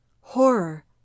Horror